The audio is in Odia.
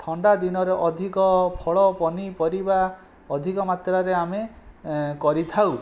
ଥଣ୍ଡା ଦିନରେ ଅଧିକ ଫଳ ପନିପରିବା ଅଧିକ ମାତ୍ରରେ ଆମେ ଏଁଁ କରିଥାଉ